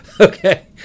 Okay